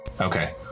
Okay